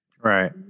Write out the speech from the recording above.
right